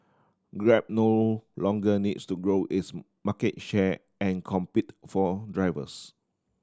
grab no longer needs to grow its market share and compete for drivers